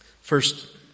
First